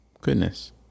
goodness